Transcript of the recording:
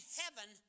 heaven